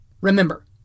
Remember